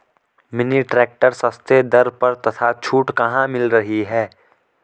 Mini tractor सस्ते दर पर तथा छूट कहाँ मिल रही है?